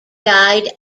died